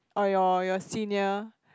or your your senior